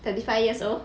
thirty five years old